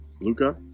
Luca